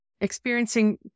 experiencing